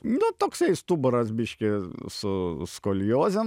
nu toksai stuburas biški su skoliozėm